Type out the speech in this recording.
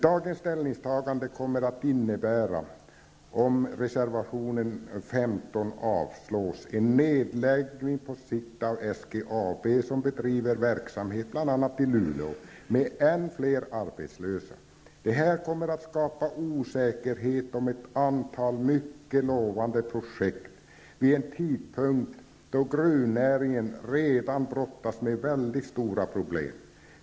Dagens ställningstagande kommer att innebära, om reservation 15 avslås, en nedläggning på sikt av SGAB, som bedriver verksamhet bl.a. i Luleå, med än fler arbetslösa. Detta kommer att skapa osäkerhet om ett antal mycket lovande projekt, vid en tidpunkt då gruvnäringen redan brottas med väldigt stora problem.